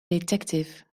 detective